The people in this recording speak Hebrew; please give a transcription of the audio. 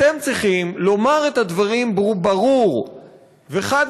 אתם צריכים לומר את הדברים ברור וחד-משמעי